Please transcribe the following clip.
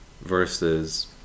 versus